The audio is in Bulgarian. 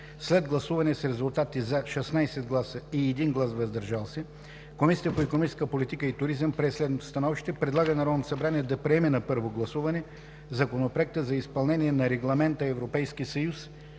След гласуване с резултати: 16 гласа „за“ и 1 глас „въздържал се“, Комисията по икономическа политика и туризъм прие следното становище: Предлага на Народното събрание да приеме на първо гласуване Законопроект за изпълнение на Регламент (ЕС)